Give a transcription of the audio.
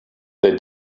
they